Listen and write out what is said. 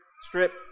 strip